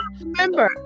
Remember